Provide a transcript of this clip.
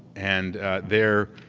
and there,